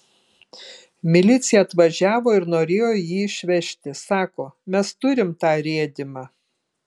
milicija atvažiavo ir norėjo jį išvežti sako mes turim tą rėdymą